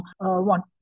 want